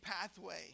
pathway